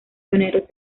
pioneros